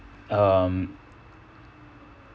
um